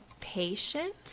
patient